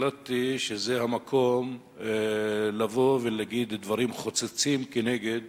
החלטתי שזה המקום לבוא ולהגיד דברים נחרצים כנגד